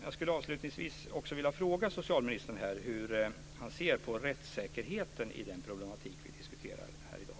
Jag skulle avslutningsvis vilja fråga socialministern hur han ser på rättssäkerheten i den problematik vi diskuterar här i dag.